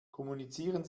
kommunizieren